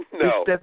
No